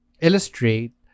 illustrate